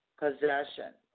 possession